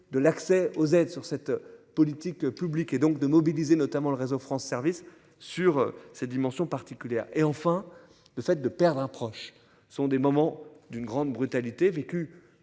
de l'accès aux aides sur cette politique publique et donc de mobiliser notamment le réseau France service sur cette dimension particulière et enfin le fait de perdre un proche, ce sont des moments d'une grande brutalité vécue